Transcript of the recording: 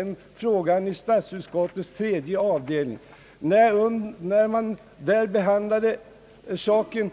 När statsutskottets tredje avdel ning behandlade den frågan